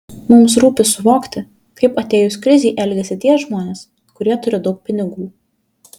mums rūpi suvokti kaip atėjus krizei elgiasi tie žmonės kurie turi daug pinigų